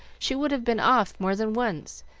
she would have been off more than once,